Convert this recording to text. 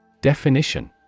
Definition